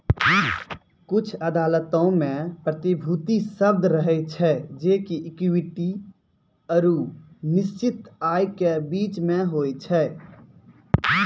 कुछु अदालतो मे प्रतिभूति शब्द रहै छै जे कि इक्विटी आरु निश्चित आय के बीचो मे होय छै